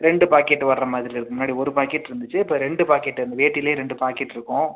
ரெண்டு பாக்கெட் வர மாதிரி இருக்கும் முன்னாடி ஒரு பாக்கெட் இருந்துச்சு இப்போ ரெண்டு பாக்கெட்டு இந்த வேட்டிலயே ரெண்டு பாக்கெட் இருக்கும்